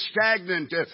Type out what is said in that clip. stagnant